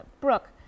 Brooke